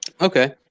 Okay